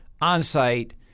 on-site